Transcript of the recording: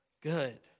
good